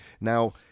Now